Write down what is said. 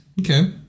Okay